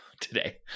today